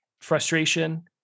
frustration